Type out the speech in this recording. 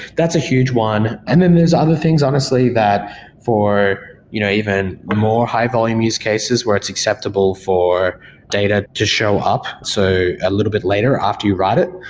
that's a huge one. and then there's other things honestly that for you know even more high-volume use cases where it's acceptable for data to show up. so, a little bit later, after you write it.